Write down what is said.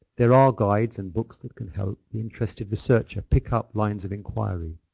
there are guides and books that can help the interested researcher pickup lines of enquiry.